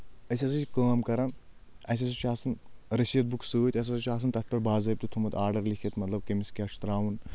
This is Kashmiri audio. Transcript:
أسۍ ہسا چھِ کٲم کران اَسہِ ہسا چھُ آسان رسیٖد بُک سۭتۍ اَسہِ ہسا چھُ آسان تتھ پؠٹھ باضٲبطہٕ تھوٚمُت آرڈَر لیکھِتھ مطلب کٔمِس کیاہ چھُ ترٛاوُن